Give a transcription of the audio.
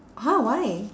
!huh! why